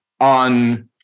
on